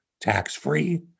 tax-free